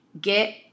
get